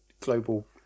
global